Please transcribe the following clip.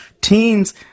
Teens